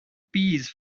peas